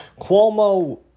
Cuomo